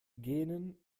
gähnen